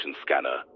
scanner